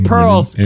Pearls